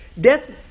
Death